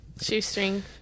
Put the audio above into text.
Shoestring